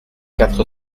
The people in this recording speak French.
quatre